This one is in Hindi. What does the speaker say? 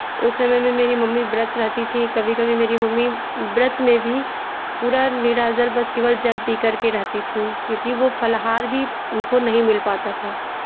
उस समय में मेरी मम्मी व्रत रहती थी कभी कभी मेरी मम्मी व्रत में भी पूरा निराजल बस केवल जल पीकर के रहती थी क्योंकि वो फलाहार भी उनको नहीं मिल पाता था